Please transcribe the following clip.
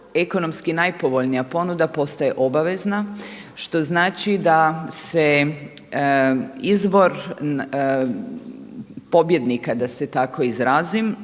ekonomski najpovoljnija ponuda postaje obavezna što znači da se izvor pobjednika da se tako izrazim